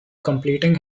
completing